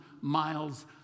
miles